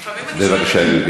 בבקשה, גברתי.